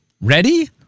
Ready